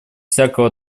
всякого